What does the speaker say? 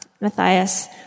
Matthias